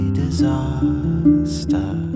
disaster